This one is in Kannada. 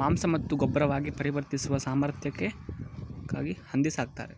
ಮಾಂಸ ಮತ್ತು ಗೊಬ್ಬರವಾಗಿ ಪರಿವರ್ತಿಸುವ ಸಾಮರ್ಥ್ಯಕ್ಕಾಗಿ ಹಂದಿ ಸಾಕ್ತರೆ